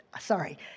sorry